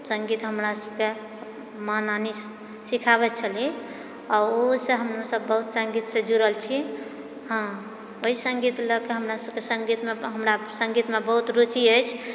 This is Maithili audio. सङ्गीत हमरा सभके माँ नानी सिखाबै छली आ ओ से हम सभ बहुत सङ्गीतसँ बहुत जुड़ल छी हाँ ओइ सङ्गीत लऽ कऽ हमरा सभकेँ सङ्गीतमे हमरा सङ्गीतमे बहुत रुचि अछि